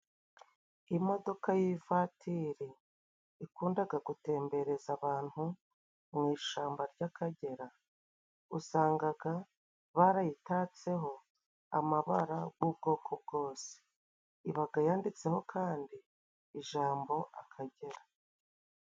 Imodoka y'ivatiri， ikundaga gutembereza abantu mu ishamba ry'Akagera， usangaga barayitatseho amabara g'ubwoko bwose， ibaga yanyanditseho kandi ijambo Akagera.